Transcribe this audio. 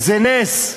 זה נס.